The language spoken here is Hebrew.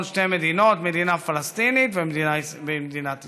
שתי מדינות: מדינה פלסטינית ומדינת ישראל.